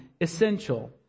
essential